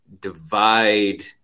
divide